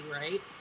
right